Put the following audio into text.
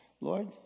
Lord